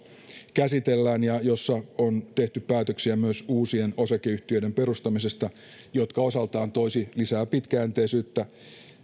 käsitellään ja jossa on tehty päätöksiä myös uusien osakeyhtiöiden perustamisesta jotka osaltaan toisivat lisää pitkäjänteisyyttä